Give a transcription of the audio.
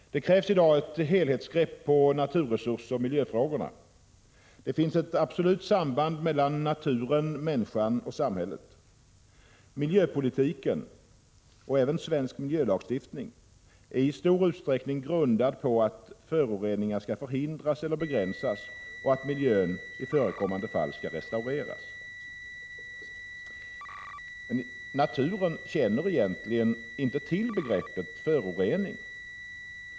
Det krävs i dag ett helhetsgrepp på naturresursoch miljöfrågorna. Det finns ett absolut samband mellan naturen, människan och samhället. Miljöpolitiken — även svensk miljölagstiftning — är i stor utsträckning grundad på att föroreningar skall förhindras eller begränsas och att miljön i förekommande fall skall restaureras. Naturen känner egentligen inte till begreppet förorening.